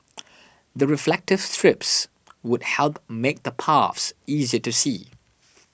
the reflective strips would help make the paths easier to see